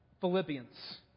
Philippians